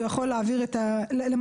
הוא יכול להעביר את זה לוועדה.